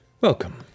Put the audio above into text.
Welcome